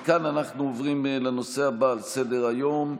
מכאן אנחנו עוברים לנושא הבא שעל סדר-היום,